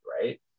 right